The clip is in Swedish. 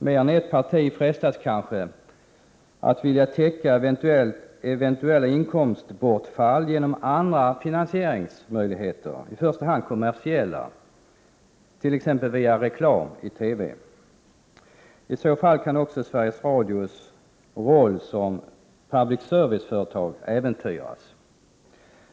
Mer än ett parti frestas kanske att vilja täcka eventuella inkomstbortfall genom andra finansiella möjligheter, i första hand kommersiella, t.ex. via reklam i TV. I så fall kan också Sveriges Radios roll som public service-företag äventyras.